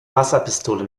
wasserpistole